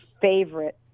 favorite